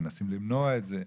מנסים למנוע את זה?